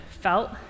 felt